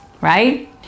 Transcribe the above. right